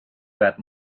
that